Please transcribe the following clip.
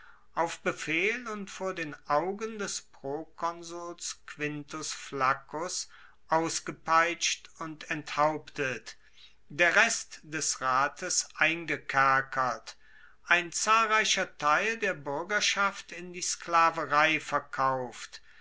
auf befehl und vor den augen des prokonsuls quintus flaccus ausgepeitscht und enthauptet der rest des rates eingekerkert ein zahlreicher teil der buergerschaft in die sklaverei verkauft